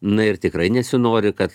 na ir tikrai nesinori kad